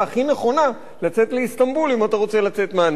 נכונה לצאת לאיסטנבול אם אתה רוצה לצאת מאנטליה.